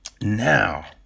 Now